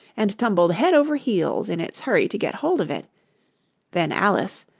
and tumbled head over heels in its hurry to get hold of it then alice,